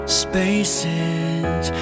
spaces